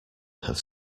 have